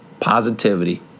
positivity